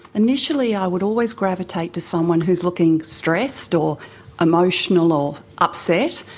initially i would always gravitate to someone who is looking stressed or emotional or upset.